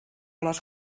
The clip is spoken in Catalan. les